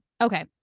Okay